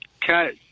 cut